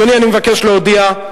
אדוני, אני מבקש להודיע,